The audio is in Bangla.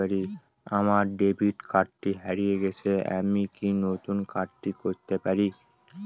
আমার ডেবিট কার্ডটি হারিয়ে গেছে আমি কি নতুন একটি কার্ড পেতে পারি?